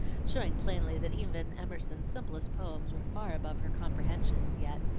showing plainly that even emerson's simplest poems were far above her comprehension as yet,